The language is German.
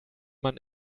man